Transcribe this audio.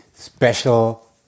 special